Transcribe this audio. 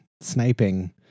Sniping